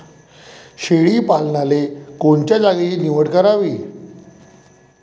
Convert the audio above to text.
शेळी पालनाले कोनच्या जागेची निवड करावी?